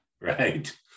Right